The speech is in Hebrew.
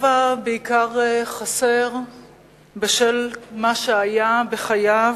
לובה בעיקר חסר בשל מה שהיה בחייו,